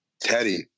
Teddy